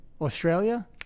Australia